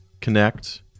connect